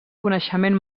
coneixement